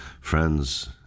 Friends